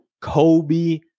Kobe